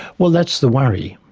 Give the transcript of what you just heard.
well that's the worry,